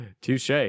touche